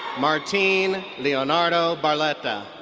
martin leonardo barletta.